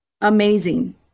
amazing